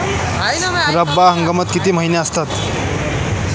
रब्बी हंगामात किती महिने असतात?